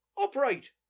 Upright